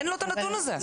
אין לו הנתון הזה.